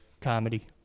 comedy